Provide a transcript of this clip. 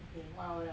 okay what about you